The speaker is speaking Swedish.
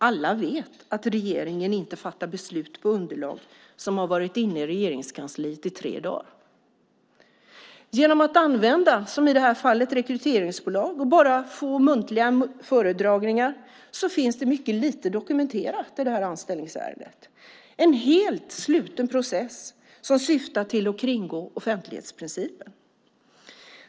Alla vet att regeringen inte fattar beslut på underlag som varit inne i Regeringskansliet i tre dagar. Genom att man, som i det här fallet, använt rekryteringsbolag och haft bara muntliga föredragningar finns det mycket lite dokumenterat i det här anställningsärendet - en helt sluten process som syftar till att kringgå offentlighetsprincipen.